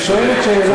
כן.